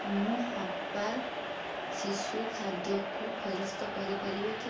ମୁଁ ହାପ୍ପା ଶିଶୁ ଖାଦ୍ୟକୁ ଫେରସ୍ତ କରି ପାରିବି କି